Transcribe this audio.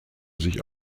sich